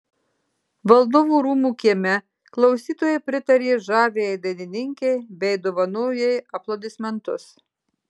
valdovų rūmų kieme klausytojai pritarė žaviajai dainininkei bei dovanojo jai aplodismentus